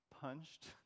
punched